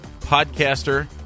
podcaster